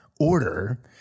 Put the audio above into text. order